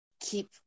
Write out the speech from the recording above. keep